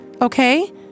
okay